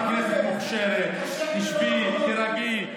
חברת כנסת מוכשרת, תשבי, תירגעי.